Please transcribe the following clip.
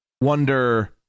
wonder